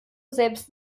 selbst